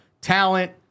talent